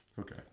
Okay